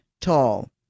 tall